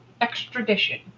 Extradition